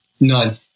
None